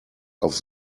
aufs